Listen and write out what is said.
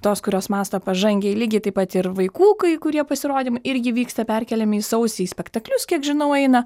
tos kurios mąsto pažangiai lygiai taip pat ir vaikų kai kurie pasirodymai irgi vyksta perkeliami į sausį į spektaklius kiek žinau eina